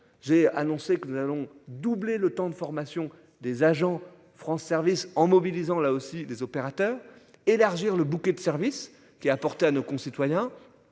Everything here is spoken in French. j'ai annoncé que nous allons doubler le temps de formation des agents France service en mobilisant là aussi les opérateurs élargir le bouquet de services qui a apporté à nos concitoyens.